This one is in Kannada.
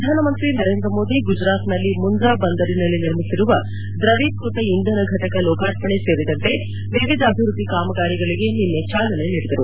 ಪ್ರಧಾನಮಂತ್ರಿ ನರೇಂದ್ರ ಮೋದಿ ಗುಜರಾತ್ನಲ್ಲಿ ಮುಂದ್ರಾ ಬಂದರಿನಲ್ಲಿ ನಿರ್ಮಿಸಿರುವ ದ್ರವೀಕೃತ ಇಂಧನ ಫಟಕ ಲೋಕಾರ್ಪಣೆ ಸೇರಿದಂತೆ ವಿವಿಧ ಅಭಿವ್ಯದ್ದಿ ಕಾಮಗಾರಿಗಳಿಗೆ ನಿನ್ನೆ ಚಾಲನೆ ನೀಡಿದರು